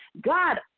God